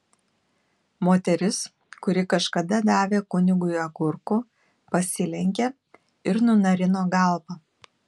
moteris kuri kažkada davė kunigui agurkų pasilenkė ir nunarino galvą